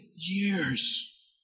Years